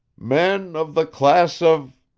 men of the class of,